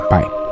Bye